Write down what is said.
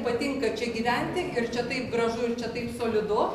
patinka čia gyventi ir čia taip gražu ir čia taip solidu